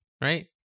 Right